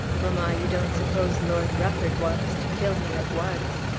mamma, you don't suppose lord rufford wants to kill me at once.